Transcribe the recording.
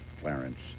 Clarence